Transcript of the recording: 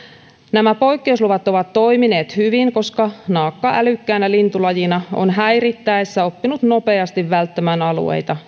nämä poikkeusluvat ovat toimineet hyvin koska naakka älykkäänä lintulajina on häirittäessä oppinut nopeasti välttämään alueita